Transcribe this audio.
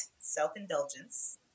self-indulgence